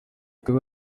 ikaba